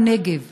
בנגב,